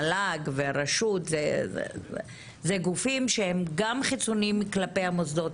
המל"ג והרשות הם גופים שהם גם חיצוניים למוסדות